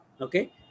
okay